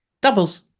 doubles